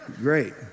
Great